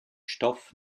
stoff